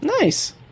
Nice